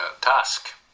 task